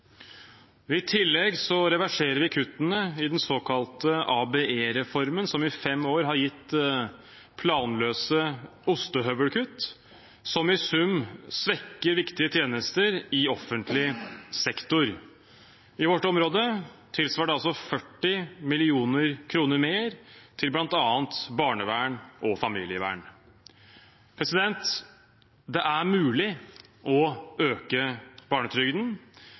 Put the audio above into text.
I tillegg reverserer vi kuttene i den såkalte ABE-reformen, som i fem år har gitt planløse ostehøvelkutt som i sum svekker viktige tjenester i offentlig sektor. I vårt område tilsvarer det altså 40 mill. kr mer til bl.a. barnevern og familievern. Det er mulig å øke barnetrygden.